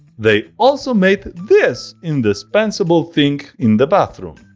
they also made this indispensable thing in the bathroom.